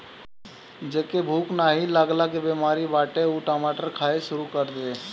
जेके भूख नाही लागला के बेमारी बाटे उ टमाटर खाए शुरू कर दे